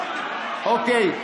אוקיי.